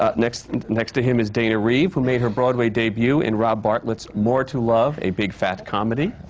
ah next next to him is dana reeve, who made her broadway debut in rob bartlett's more to love, a big fat comedy.